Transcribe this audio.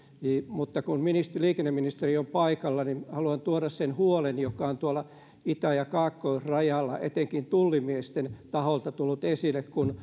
mutta kun liikenneministeri on paikalla haluan tuoda sen huolen joka on tuolla itä ja kaakkoisrajalla etenkin tullimiesten taholta tullut esille kun